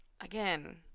Again